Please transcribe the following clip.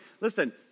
Listen